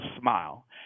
smile